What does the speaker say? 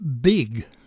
big